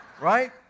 right